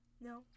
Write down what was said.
No